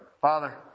Father